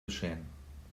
geschehen